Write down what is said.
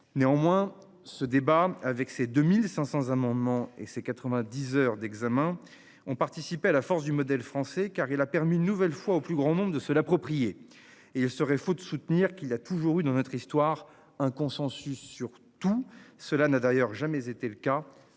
Néanmoins ce débat avec ses 2500 amendements et ses 90 heures d'examens ont participé à la force du modèle français car il a permis une nouvelle fois au plus grand nombre de se l'approprier et il serait faux de soutenir qu'il a toujours eu dans notre histoire, un consensus sur tout cela n'a d'ailleurs jamais été le cas